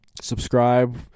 subscribe